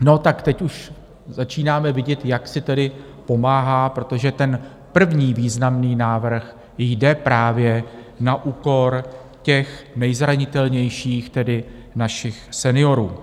No tak teď už začínáme vidět, jak si tedy pomáhá, protože ten první významný návrh jde právě na úkor těch nejzranitelnějších, tedy našich seniorů.